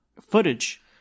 footage